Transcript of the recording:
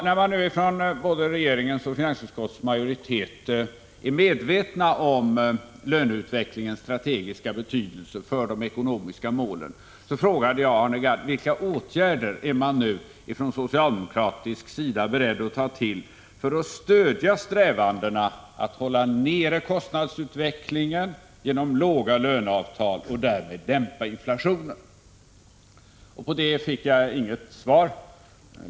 Mot bakgrund av att regeringen och finansutskottets majoritet säger sig vara medvetna om löneutvecklingens strategiska betydelse för de ekonomiska målen, frågade jag Arne Gadd vilka åtgärder man från socialdemokratisk sida är beredd att ta till för att stödja strävandena att hålla kostnadsutvecklingen nere genom låga löneavtal och därmed dämpa inflationen. Jag fick inget svar.